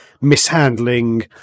mishandling